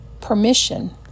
Permission